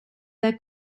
their